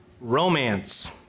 romance